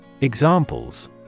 Examples